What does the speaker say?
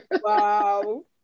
Wow